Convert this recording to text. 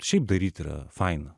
šiaip daryt yra faina